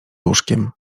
łóżkiem